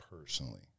personally